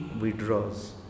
withdraws